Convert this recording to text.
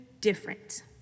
different